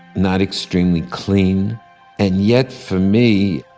not extremely clean and yet for me,